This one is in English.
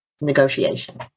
negotiation